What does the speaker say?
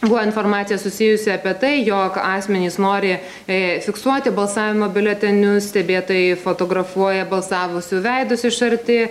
buvo informacija susijusi apie tai jog asmenys nori fiksuoti balsavimo biuletenius stebėtojai fotografuoja balsavusių veidus iš arti